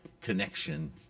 connection